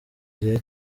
gihe